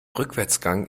rückwärtsgang